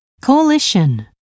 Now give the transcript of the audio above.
Coalition